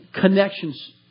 connections